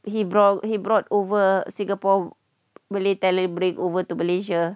he brought he brought over singapore malay talent bring over to malaysia